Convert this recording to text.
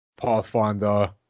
Pathfinder